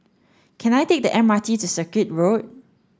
can I take the M R T to Circuit Road